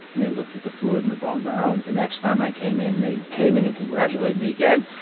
and they looked at the fluid in the bone marrow and the next time i came in they came in and congratulated me again.